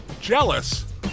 jealous